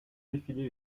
défiler